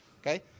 Okay